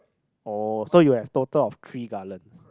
oh so you have total of three gallons